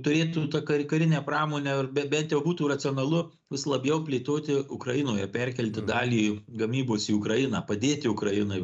turėtų ta kari karinė pramonė be bent jau būtų racionalu vis labiau plėtoti ukrainoje perkelti dalį gamybos į ukrainą padėti ukrainai